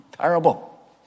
terrible